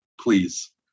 please